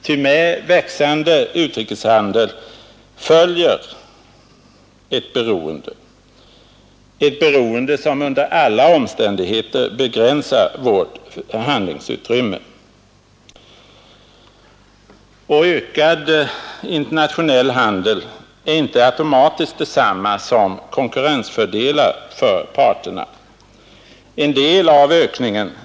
Ty med växande utrikeshandel följer —- Nr 137 ett beroende, som under alla omständigheter begränsar vårt handlingsut Torsdagen den FY HEINOT 2 december 1971 Ökad internationell handel är inte automatiskt detsamm som —LL — konkurrensfördelar för de deltagande parterna. En del av ökningen i det — Ang.